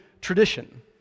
tradition